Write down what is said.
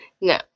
No